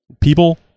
people